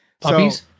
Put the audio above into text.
Puppies